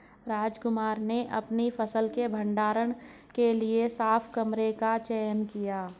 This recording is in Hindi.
रामकुमार ने अपनी फसल के भंडारण के लिए साफ कमरे का चयन किया